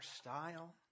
style